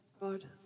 God